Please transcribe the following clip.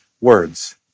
words